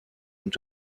und